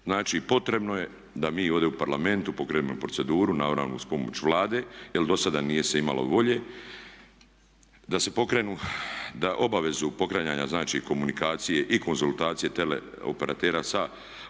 Znači potrebno je da mi ovdje u Parlamentu pokrenemo proceduru naravno uz pomoć Vlade jer do sada nije se imalo volje, da se pokrenu, da obavezu pokretanja znači komunikacije i konzultacije teleoperatera sa